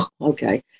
Okay